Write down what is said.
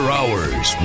Hours